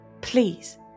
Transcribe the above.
please